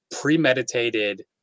premeditated